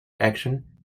action